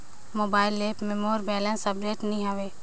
mobile app पर मोर balance update नई हवे